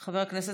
ומעבר לכול: